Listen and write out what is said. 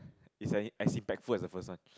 it's as impactful as the first one